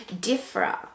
differ